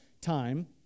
time